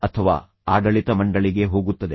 ಅಥವಾ ಆಡಳಿತ ಮಂಡಳಿಗೆ ಹೋಗುತ್ತದೆ